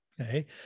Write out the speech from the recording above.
Okay